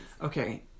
okay